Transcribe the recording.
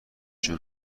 جون